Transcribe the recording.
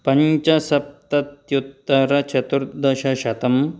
पञ्चसप्तत्युत्तरचतुर्दशशतं